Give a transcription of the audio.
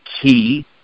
key